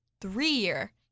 three-year